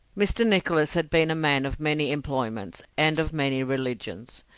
mr. nicholas had been a man of many employments, and of many religions.